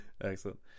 Excellent